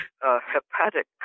hepatic